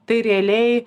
tai realiai